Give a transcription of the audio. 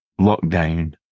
lockdown